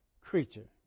creature